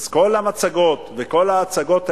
אז כל המצגות וכל ההצגות האלה,